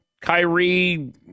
Kyrie